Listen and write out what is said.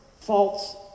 false